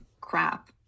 crap